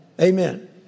Amen